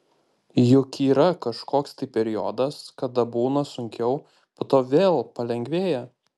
juk yra kažkoks tai periodas kada būna sunkiau po to vėl palengvėja